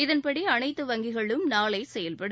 இதன்படி அனைத்து வங்கிகளும் நாளை செயல்படும்